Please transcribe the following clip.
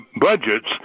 budgets